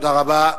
תודה רבה.